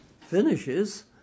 finishes